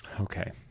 Okay